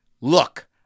Look